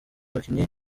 abakinnyi